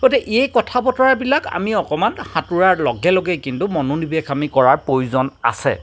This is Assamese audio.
এই কথা বতৰাবিলাক আমি অকণমান সাঁতোৰা লগে লগে কিন্তু মনোনিৱেশ আমি কৰাৰ প্ৰয়োজন আছে